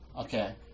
Okay